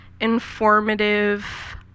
informative